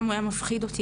גם הוא היה מפחיד אותי,